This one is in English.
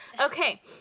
okay